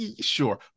sure